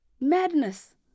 madness